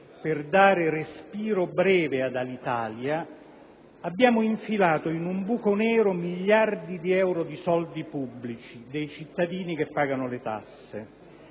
per dare respiro breve ad Alitalia abbiamo infilato in un buco nero miliardi di soldi pubblici, dei cittadini che pagano le tasse.